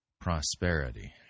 prosperity